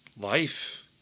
life